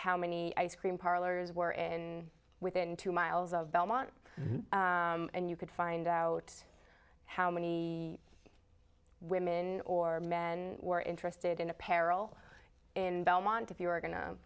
how many ice cream parlors were in within two miles of belmont and you could find out how many a women or men were interested in apparel in belmont if you were go